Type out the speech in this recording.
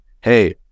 hey